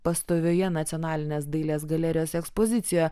pastovioje nacionalinės dailės galerijos ekspozicijoje